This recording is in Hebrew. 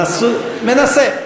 מנסה.